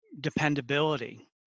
dependability